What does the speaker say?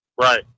Right